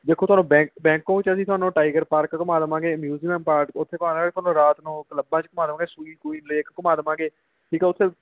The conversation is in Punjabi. ਦੇਖੋ ਤੁਹਾਨੂੰ ਬੈਂ ਬੈਂਕਕੋਕ 'ਚ ਅਸੀਂ ਤੁਹਾਨੂੰ ਟਾਈਗਰ ਪਾਰਕ ਘੁਮਾ ਦੇਵਾਂਗੇ ਮਿਊਜੀਅਮ ਪਾਰਕ ਉੱਥੇ ਤੁਹਾਨੂੰ ਰਾਤ ਨੂੰ ਕਲੱਬਾਂ 'ਚ ਘੁਮਾ ਦੇਵਾਂਗੇ ਸੁਈ ਦੁਈ ਲੇਕ ਘੁੰਮਾ ਦੇਵਾਂਗੇ ਠੀਕ ਆ ਉੱਥੇ